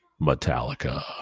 Metallica